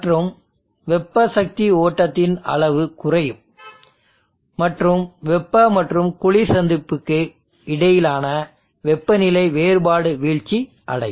மற்றும் வெப்ப சக்தி ஓட்டத்தின் அளவு குறையும் மற்றும் வெப்ப மற்றும் குளிர் சந்திப்புக்கு இடையிலான வெப்பநிலை வேறுபாடு வீழ்ச்சி அடையும்